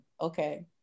okay